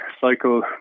cycle